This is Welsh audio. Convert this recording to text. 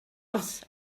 gwrs